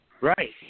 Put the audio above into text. right